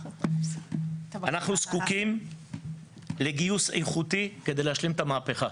אנחנו זקוקים לגיוס איכותי כדי להשלים את המהפכה.